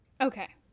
Okay